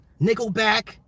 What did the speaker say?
Nickelback